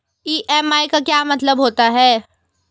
EMI का क्या मतलब होता है?